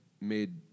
made